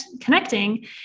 connecting